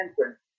entrance